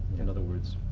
in other words.